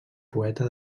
poeta